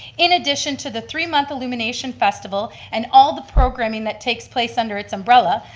in addition to the three month illumination festival and all the programming that takes places under its umbrella,